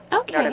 Okay